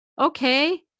Okay